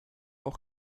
auch